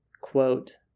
quote